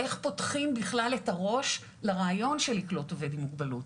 איך פותחים בכלל את הראש לרעיון של לקלוט עובד עם מוגבלות.